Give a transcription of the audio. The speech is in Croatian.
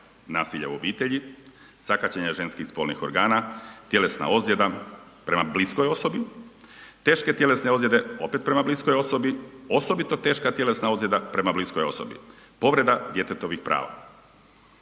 nasilja u obitelji, sakaćenja ženskih spolnih organa, tjelesna ozljeda prema bliskoj osobi, teške tjelesne ozljede opet prema bliskoj osobi, osobito teška tjelesna ozljeda prema bliskoj osobi, povreda djetetovih prava,